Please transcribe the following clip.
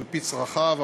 על-פי צרכיו,